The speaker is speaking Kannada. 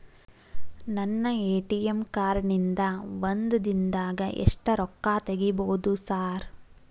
ನನ್ನ ಎ.ಟಿ.ಎಂ ಕಾರ್ಡ್ ನಿಂದಾ ಒಂದ್ ದಿಂದಾಗ ಎಷ್ಟ ರೊಕ್ಕಾ ತೆಗಿಬೋದು ಸಾರ್?